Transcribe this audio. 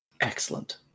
excellent